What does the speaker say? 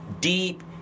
deep